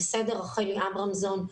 רחל אברמזון,